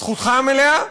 זכותך המלאה.